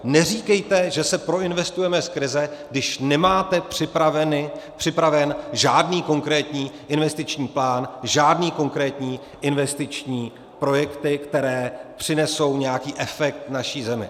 Neříkejte, že se proinvestujeme z krize, když nemáte připraven žádný konkrétní investiční plán, žádné konkrétní investiční projekty, které přinesou nějaký efekt naší zemi.